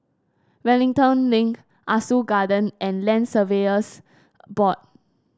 Wellington Link Ah Soo Garden and Land Surveyors Board